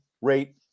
rate